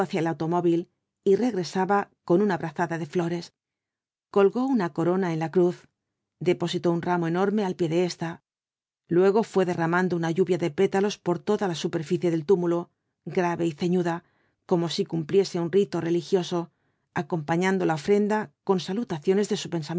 el automóvil y regresaba con una brazada de flores colgó una corona en la cruz depositó un ramo enorme al pie de ésta luego fué derramando una lluvia de pétalos por toda la superficie del túmulo grave y ceñuda como si cumpliese un rito religioso acompañando la ofrenda con salutaciones de